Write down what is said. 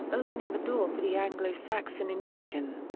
opening the door for the anglo-saxon invasion.